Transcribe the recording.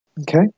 Okay